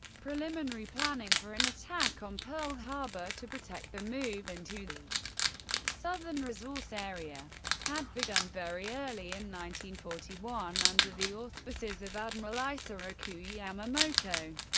preliminary planning for an attack on pearl harbor to protect the move into the southern resource area had begun very early in forty one under the auspices of admiral isoroku yamamoto,